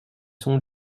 sont